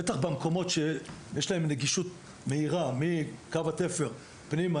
בטח במקומות שיש להם נגישות מהירה מקו התפר פנימה,